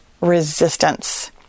resistance